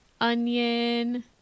onion